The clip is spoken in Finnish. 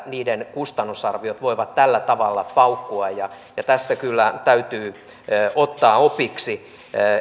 niiden kustannusarviot voivat tällä tavalla paukkua ja ja tästä kyllä täytyy ottaa opiksi